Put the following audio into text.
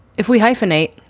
if we hyphenate,